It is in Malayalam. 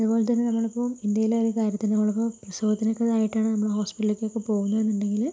അതുപോലെ തന്നെ നമ്മളിപ്പോൾ ഇന്ത്യയിൽ ഒരു കാര്യത്തിന് നമ്മളിപ്പോൾ പ്രസവത്തിനൊക്കെ ഇതായിട്ടാണ് നമ്മൾ ഹോസ്പിറ്റലിലേക്കൊക്കെ പോകുന്നത് എന്നുണ്ടെങ്കിൽ